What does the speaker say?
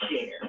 share